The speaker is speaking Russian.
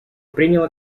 приняла